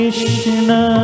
Krishna